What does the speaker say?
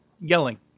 yelling